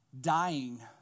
Dying